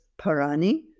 Parani